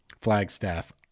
Flagstaff